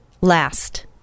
last